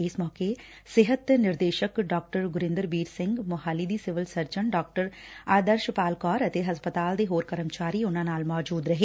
ਇਸ ਮੌਕੇ ਸਿਹਤ ਨਿਰਦੇਸ਼ਕ ਡਾ ਗੁਰਿੰਦਰਬੀਰ ਸਿੰਘ ਮੋਹਾਲੀ ਦੀ ਸਿਵਲ ਸਰਜਨ ਡਾ ਆਦਰਸ਼ਪਾਲ ਕੌਰ ਅਤੇ ਹਸਪਤਾਲ ਦੇ ਹੋਰ ਕਰਮਚਾਰੀ ਉਨਾਂ ਨਾਲ ਮੌਜੁਦ ਰਹੇ